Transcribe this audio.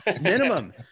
Minimum